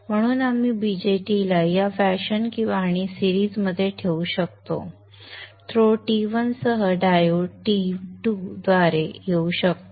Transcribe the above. म्हणून आम्ही BJT ला या फॅशन आणि सिरीज ठेवू शकतो की थ्रो T1 सह आणि डायोड T2 द्वारे येऊ शकतो